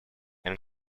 and